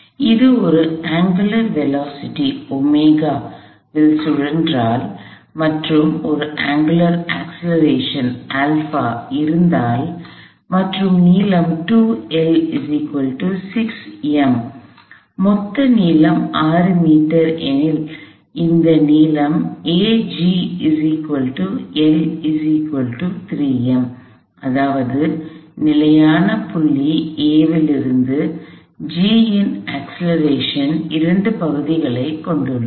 எனவே இது ஒரு அங்குலார் வேலோசிட்டியில் கோண வேகத்தில் angular velocity சுழன்றால் மற்றும் ஒரு அங்குலார் அக்ஸலரேஷன் கோண முடுக்கம் angular acceleration இருந்தால் மற்றும் நீளம் மொத்த நீளம் 6m எனில் இந்த நீளம் அதாவது நிலையான புள்ளி A இலிருந்து G இன் அக்ஸலரேஷன்முடுக்கம் acceleration இரண்டு பகுதிகளைக் கொண்டுள்ளது